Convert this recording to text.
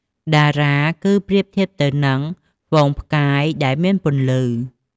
តារា គឺប្រៀបធៀបទៅនឹង ហ្វូងផ្កាយ អ្នកដែលមានពន្លឺ។